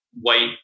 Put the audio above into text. white